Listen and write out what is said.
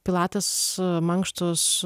pilatės mankštos